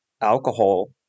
alcohol